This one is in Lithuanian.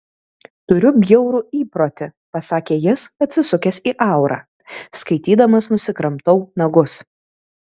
turiu bjaurų įprotį pasakė jis atsisukęs į aurą skaitydamas nusikramtau nagus